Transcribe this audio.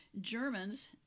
Germans